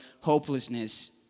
hopelessness